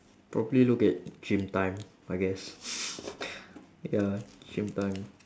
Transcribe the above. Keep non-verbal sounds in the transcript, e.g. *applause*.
probably look at gym time I guess *laughs* ya gym time